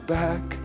back